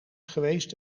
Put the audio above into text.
geweest